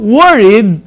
worried